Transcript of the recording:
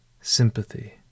sympathy